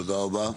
תודה רבה.